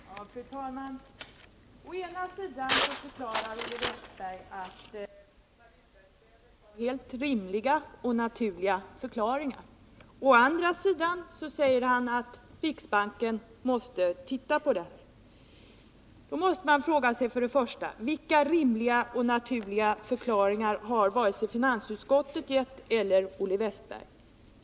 Fru talman! Å ena sidan förklarar Olle Wästberg i Stockholm att valutautflödet har helt rimliga och naturliga förklaringar. Å andra sidan säger han att riksbanken måste titta på orsakerna till utflödet. Jag måste då fråga mig: Vilka rimliga och naturliga förklaringar har finansutskottet eller Olle Wästberg givit?